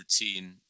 routine